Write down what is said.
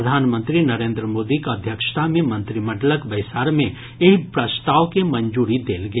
प्रधानमंत्री नरेन्द्र मोदीक अध्यक्षता मे मंत्रिमंडलक बैसार मे एहि प्रस्ताव के मंजूरी देल गेल